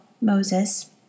Moses